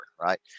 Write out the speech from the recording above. right